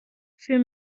für